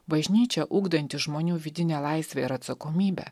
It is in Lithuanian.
bažnyčia ugdanti žmonių vidinę laisvę ir atsakomybę